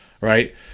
right